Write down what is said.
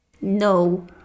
No